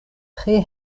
tre